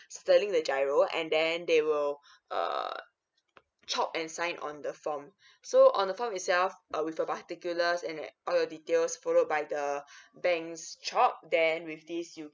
settling the giro and then they will err chop and sign on the form so on the form itself uh but with your particulars and like all the details followed by the banks chop then with this you